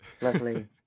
Lovely